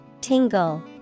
Tingle